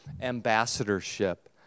ambassadorship